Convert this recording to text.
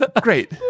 Great